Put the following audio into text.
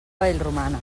vallromanes